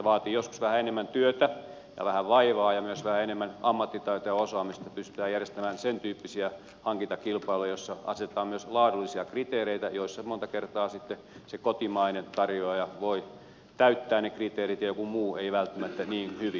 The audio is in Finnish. vaatii joskus vähän enemmän työtä ja vähän vaivaa ja myös vähän enemmän ammattitaitoa ja osaamista että pystytään järjestämään sentyyppisiä hankintakilpailuja joissa asetetaan myös laadullisia kriteereitä ja joissa monta kertaa sitten se kotimainen tarjoaja voi täyttää ne kriteerit ja joku muu ei välttämättä niin hyvin